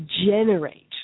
generate